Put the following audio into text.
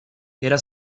era